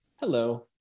Hello